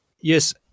Yes